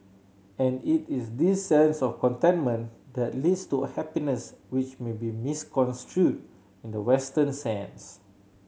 and it is this sense of contentment that leads to happiness which may be misconstrued in the Western sense